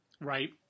Right